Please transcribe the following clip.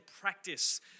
practice